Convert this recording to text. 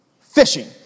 Fishing